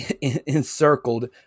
encircled